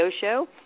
show